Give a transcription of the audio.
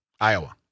Iowa